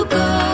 go